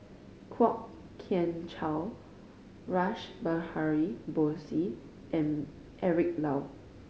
Kwok Kian Chow Rash Behari Bose and Eric Low